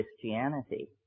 Christianity